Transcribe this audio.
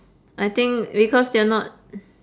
I think because they're not